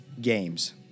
games